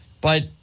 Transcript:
but-